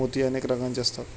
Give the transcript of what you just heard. मोती अनेक रंगांचे असतात